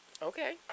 Okay